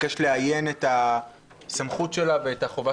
שמבקש לאיין את הסמכות שלה ואת החובה